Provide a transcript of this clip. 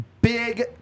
big